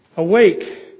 Awake